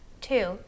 two